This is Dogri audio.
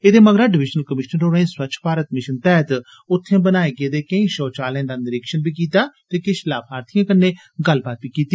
एदे मगरा डिविजनल कमीश्नर होरें स्वच्छ भारत मिशन तैहत बनाए गेदे शौचालयें दा निरीक्षण कीता ते किश लाभार्थिएं कन्नै गल्लबात बी कीती